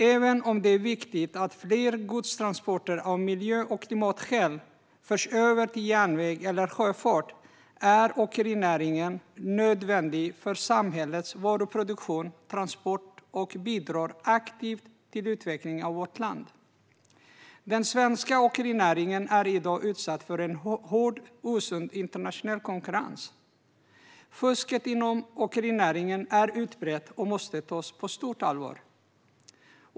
Även om det är viktigt att fler godstransporter av miljö och klimatskäl förs över till järnväg eller sjöfart är åkerinäringen nödvändig för samhällets varuproduktion och transport och bidrar aktivt till utvecklingen av vårt land. Den svenska åkerinäringen är i dag utsatt för en hård och osund internationell konkurrens. Fusket inom åkerinäringen är utbrett och måste tas på stort allvar.